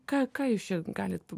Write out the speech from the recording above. ką ką jūs čia galit